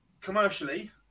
Commercially